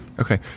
Okay